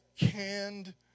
canned